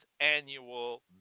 annual